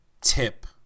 tip